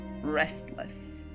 restless